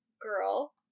girl